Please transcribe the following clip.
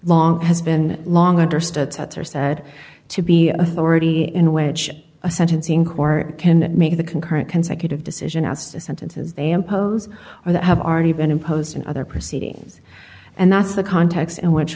long has been long understood that are said to be authority in which a sentencing court can make the concurrent consecutive decision as sentences they impose or that have already been imposed in other proceedings and that's the context in which